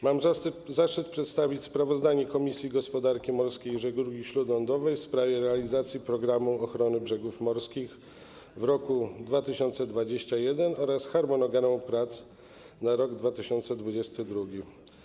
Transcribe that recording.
Mam zaszczyt przedstawić sprawozdanie Komisji Gospodarki Morskiej i Żeglugi Śródlądowej w sprawie realizacji ˝Programu ochrony brzegów morskich˝ w roku 2021 oraz harmonogramu prac na rok 2022.